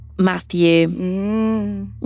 Matthew